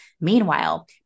Meanwhile